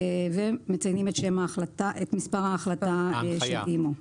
ומציינים את מספר ההחלטה של אימ"ו.